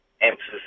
emphasis